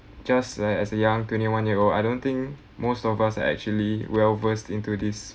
just as a young twenty-one year old I don't think most of us are actually well-versed into this